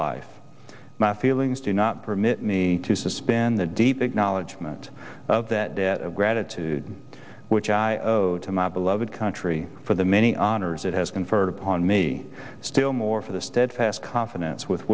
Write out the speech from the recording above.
life my feelings do not permit me to suspend the deep knowledge meant of that debt of gratitude which i owed to my beloved country for the many honors it has conferred upon me still more for the steadfast confidence with